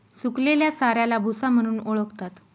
सुकलेल्या चाऱ्याला भुसा म्हणून ओळखतात